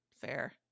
fair